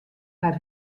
har